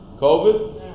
COVID